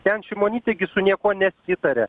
ten šimonytė su niekuo nesitaria